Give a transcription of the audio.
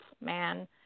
man